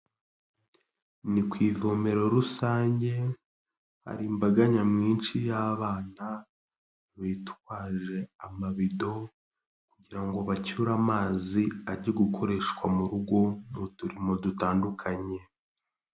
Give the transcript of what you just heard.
Ni ku ivomero rusange, hari imbaga nyamwinshi y'abana, bitwaje amabido kugira ngo bacyure amazi ajye gukoreshwa mu rugo mu turimo dutandukanye.